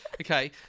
Okay